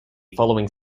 following